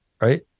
right